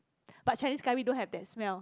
but Chinese curry don't have that smell